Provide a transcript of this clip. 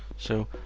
so,